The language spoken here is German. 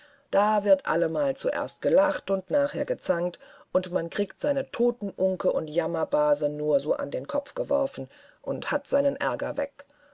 da wird allemal zuerst gelacht und nachher gezankt und man kriegt seine totenunke und jammerbase nur so an den kopf geworfen und hat seinen aerger weg